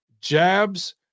jabs